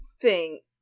think-